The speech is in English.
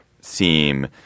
seem